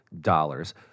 dollars